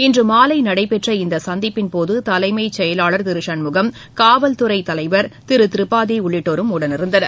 இன்று மாலை நடைபெற்ற இந்த சந்திப்பின் போது தலைமை செயலாளர் திரு சண்முகம் காவல் துறை தலைவர் திரு திரிபாதி உள்ளிட்டோரும் உடனிருந்தனர்